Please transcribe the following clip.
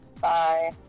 bye